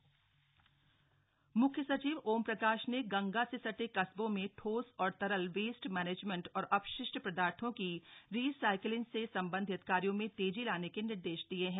मुख्य सचिव मुख्य सचिव ओम प्रकाश ने गंगा से सटे कस्बों में ठोस और तरल वेस्ट मैनेजमेंट और अपशिष्ट पदार्थों की रीसाइकिलिंग से सम्बन्धित कार्यो में तेजी लाने के निर्देश दिये हैं